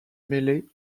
mêlée